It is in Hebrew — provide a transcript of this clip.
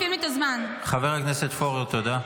חבר הכנסת פורר, תודה.